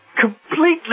completely